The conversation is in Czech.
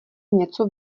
něco